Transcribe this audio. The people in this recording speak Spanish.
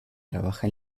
trabaja